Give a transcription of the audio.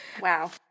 Wow